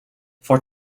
for